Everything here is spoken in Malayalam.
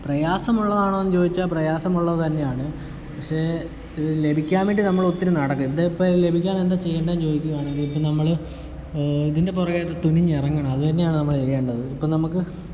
പ്രയാസമുള്ളതാണോന്ന് ചോദിച്ചാൽ പ്രയാസമുള്ളത് തന്നെയാണ് പക്ഷേ ലഭിക്കാൻ വേണ്ടി നമ്മളൊത്തിരി നടക്കും ഇതിപ്പം ലഭിക്കാനെന്താണ് ചെയ്യണ്ടേന്ന് ചോദിക്കുവാണെങ്കിൽ ഇപ്പം നമ്മൾ ഇതിൻ്റെ പുറകേ തുനിഞ്ഞിറങ്ങണം അത് തന്നെയാണ് നമ്മൾ ചെയ്യേണ്ടത് ഇപ്പം നമുക്ക്